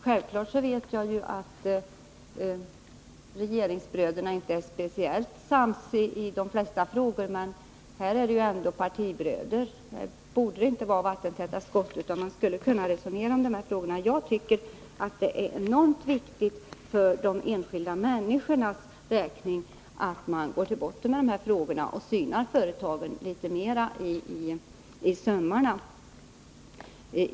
Självfallet vet jag att regeringsbröderna inte är speciellt ense när det gäller de flesta frågor, men cheferna i de här båda departementen är ju partibröder, och då borde det inte vara vattentäta skott mellan departementen, utan man skulle kunna resonera om detta. Jag tycker att det är enormt viktigt att man för de enskilda människornas räkning går till botten med dessa frågor och synar företagen litet närmare i sömmarna.